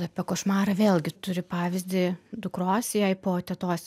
apie košmarą vėlgi turiu pavyzdį dukros jai po tetos